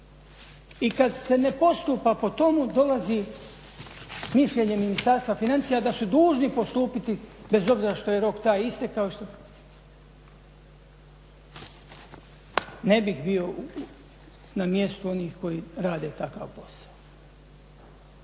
I kad se ne postupa po tome dolazi mišljenje Ministarstva financija da su dužni postupiti bez obzira što je rok taj istekao. Ne bih bio na mjestu onih koji rade takav posao.